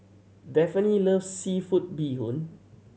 Daphne loves seafood bee hoon